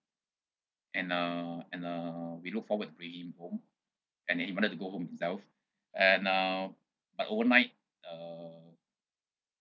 and uh and uh we look forward to bring him home and then he wanted to go home himself and uh but overnight uh